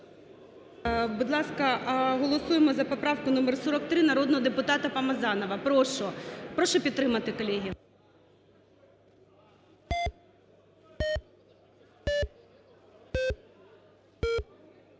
будь ласка, голосуємо за поправку номер 3 народного депутата Помазанова. Прошу, прошу підтримати, колеги.